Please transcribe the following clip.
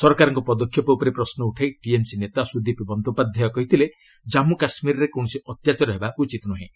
ସରକାରଙ୍କ ପଦକ୍ଷେପ ଉପରେ ପ୍ରଶ୍ନ ଉଠାଇ ଟିଏମ୍ସି ନେତା ସୁଦୀପ ବନ୍ଦୋପାଧ୍ୟାୟ କହିଥିଲେ କାମ୍ମୁ କାଶ୍ମୀରରେ କୌଣସି ଅତ୍ୟାଚାର ହେବା ଉଚିତ୍ ନୁହେଁ